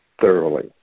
thoroughly